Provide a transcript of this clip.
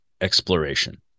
exploration